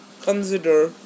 consider